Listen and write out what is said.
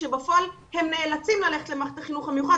כאשר בפועל הם נאלצים ללכת למערכת החינוך המיוחד.